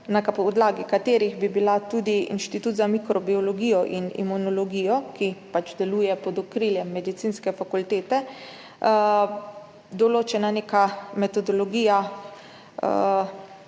na podlagi katerih bi bila tudi za Inštitut za mikrobiologijo in imunologijo, ki deluje pod okriljem Medicinske fakultete, določena neka metodologija